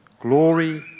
Glory